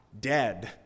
dead